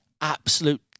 absolute